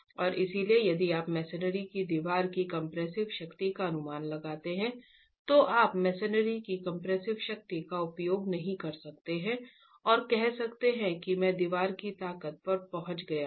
और इसलिए यदि आप मसनरी की दीवार की कंप्रेसिव शक्ति का अनुमान लगाते हैं तो आप मसनरी की कंप्रेसिव शक्ति का उपयोग नहीं कर सकते हैं और कह सकते हैं कि मैं दीवार की ताकत पर पहुंच गया हूं